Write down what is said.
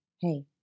Hey